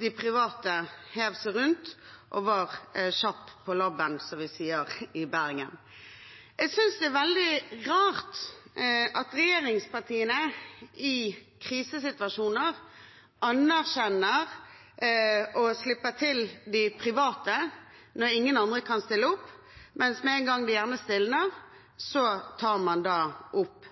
de private hev seg rundt og var kjapp på labben, som vi sier i Bergen. Jeg synes det er veldig rart at regjeringspartiene i krisesituasjoner anerkjenner og slipper til de private når ingen andre kan stille opp, mens med en gang det stilner, tar man opp kampen. Jeg er